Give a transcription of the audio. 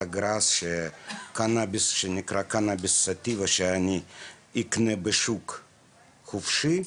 הגראס הקנביס שאני אקנה בשוק החופשי,